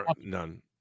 none